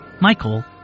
Michael